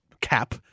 cap